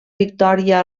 victòria